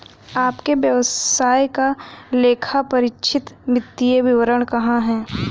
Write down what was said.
आपके व्यवसाय का लेखापरीक्षित वित्तीय विवरण कहाँ है?